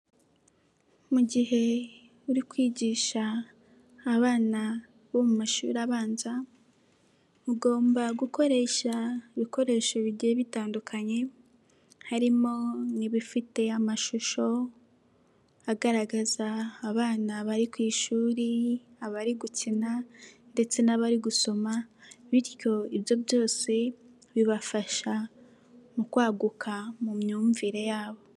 Mu gihe uri kwigisha abana bo mu mashuri abanza ugomba gukoresha ibikoresho bigiye bitandukanye harimo n'ibifite amashusho agaragaza abana bari ku ishuri, abari gukina ndetse n'abari gusoma bityo ibyo byose bibafasha mu kwaguka mu myumvire yabo.